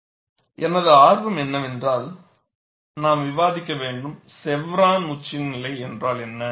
chevron notch எனது ஆர்வம் என்னவென்றால் நாம் விவாதிக்க வேண்டும் செவ்ரான் உச்சநிலை என்றால் என்ன